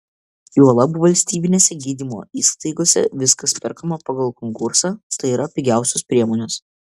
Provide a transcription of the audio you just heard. juolab valstybinėse gydymo įstaigose viskas perkama pagal konkursą tai yra pigiausios priemonės